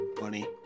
Money